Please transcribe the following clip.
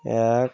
এক